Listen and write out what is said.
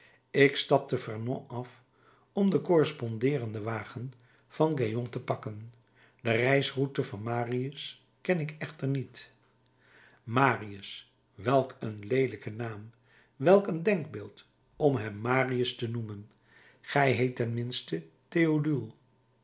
ik stap te vernon af om den correspondeerenden wagen van gaillon te pakken de reisroute van marius ken ik echter niet marius welk een leelijke naam welk een denkbeeld om hem marius te noemen gij heet ten minste théodule